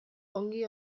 ongi